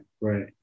right